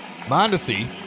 Mondesi